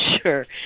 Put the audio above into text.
Sure